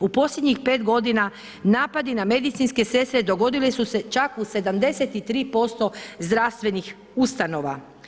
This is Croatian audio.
U posljednjih 5 godina napadi na medicinske sestre dogodile su se čak u 73% zdravstvenih ustanova.